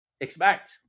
expect